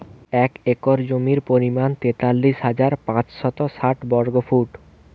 এক একর জমির পরিমাণ তেতাল্লিশ হাজার পাঁচশত ষাট বর্গফুট